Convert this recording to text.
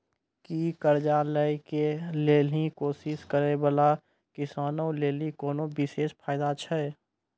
कि कर्जा लै के लेली कोशिश करै बाला किसानो लेली कोनो विशेष फायदा छै?